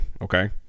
Okay